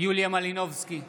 יוליה מלינובסקי,